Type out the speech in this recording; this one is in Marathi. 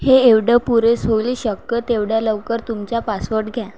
हे एवढं पुरेसं होईल शक्य तेवढ्या लवकर तुमच्या पासवड घ्या